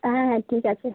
হ্যাঁ হ্যাঁ ঠিক আছে